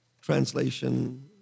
Translation